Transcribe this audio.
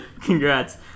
Congrats